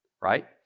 right